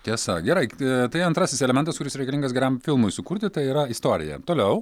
tiesa gerai tai antrasis elementas kuris reikalingas geram filmui sukurti tai yra istoriją toliau